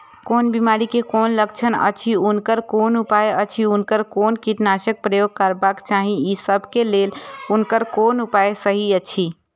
कोन बिमारी के कोन लक्षण अछि उनकर कोन उपाय अछि उनकर कोन कीटनाशक प्रयोग करबाक चाही ई सब के लेल उनकर कोन उपाय सहि अछि?